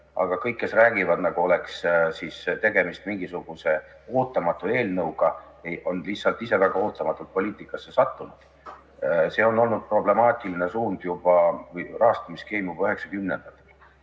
aga kõik, kes räägivad, nagu oleks tegemist mingisuguse ootamatu eelnõuga, on lihtsalt ise väga ootamatult poliitikasse sattunud. See on olnud problemaatiline suund või rahastamisskeem juba